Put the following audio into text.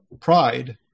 pride